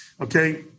okay